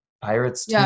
Pirates